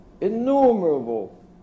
innumerable